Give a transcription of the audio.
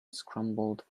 scrambled